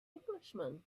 englishman